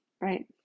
right